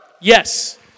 Yes